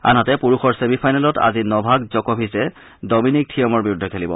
আনহাতে পুৰুষৰ ছেমিফাইনেলত আজি নভাক জকভিছে ড মিনিক থিয়েমৰ বিৰুদ্ধে খেলিব